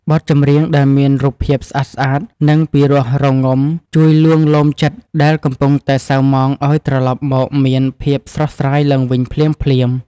បទចម្រៀងដែលមានរូបភាពស្អាតៗនិងពីរោះរងំជួយលួងលោមចិត្តដែលកំពុងតែសៅហ្មងឱ្យត្រឡប់មកមានភាពស្រស់ស្រាយឡើងវិញភ្លាមៗ។